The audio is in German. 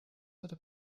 würde